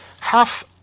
Half-